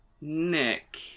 Nick